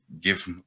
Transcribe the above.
give